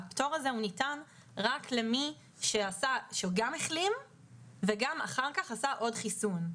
הפטור הזה ניתן רק למי שגם החלים וגם אחר כך עשה עוד חיסון.